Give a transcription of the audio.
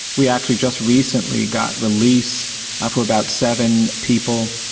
we actually just recently got release ah for about seven people.